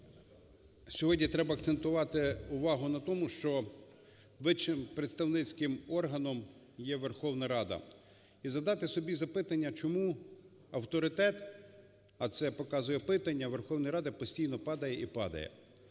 сьогодні треба акцентувати увагу на тому, що вищим представницьким органом є Верховна Рада. І задати собі запитання, чому авторитет, а це показує опитування, Верховної Ради постійно падає і падає.